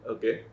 Okay